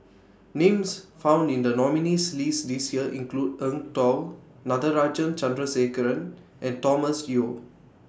Names found in The nominees' list This Year include Eng Tow Natarajan Chandrasekaran and Thomas Yeo